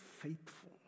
faithful